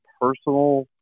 personal